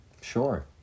sure